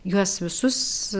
juos visus